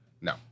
No